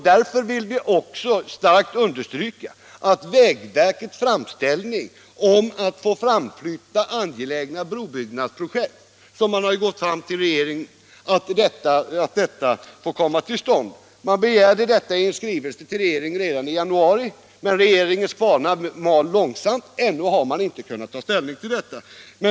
Därför vill vi också starkt understryka att vägverkets framställning till regeringen om att få framflytta angelägna brobyggnadsprojekt bör bifallas. Man begärde detta i skrivelse till regeringen redan i januari. Men regeringens kvarnar mal långsamt, och ännu har man inte kunnat ta ställning till detta.